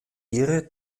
ehre